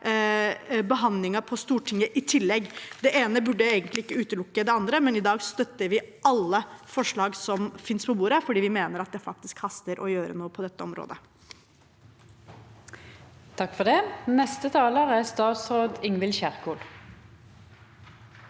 behandlingen på Stortinget i tillegg. Det ene burde egentlig ikke utelukke det andre. I dag støtter vi alle forslag som finnes på bordet, for vi mener at det faktisk haster å gjøre noe på dette området. Statsråd Ingvild Kjerkol